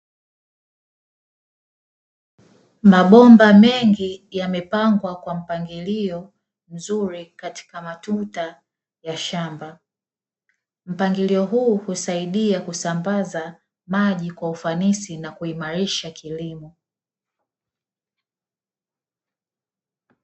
Mabomba mengi yamepangwa kwa mpangilio mzuri katika matuta ya shamba. Mpangilio huu husaidia kusambaza maji kwa ufanisi na kuimarisha kilimo.